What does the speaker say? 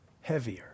heavier